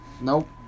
Nope